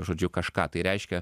žodžiu kažką tai reiškia